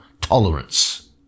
tolerance